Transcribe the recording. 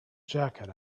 jacket